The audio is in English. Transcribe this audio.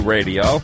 Radio